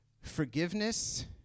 forgiveness